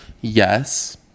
yes